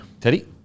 Teddy